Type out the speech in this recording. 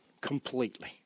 completely